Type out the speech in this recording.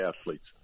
athletes